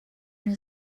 her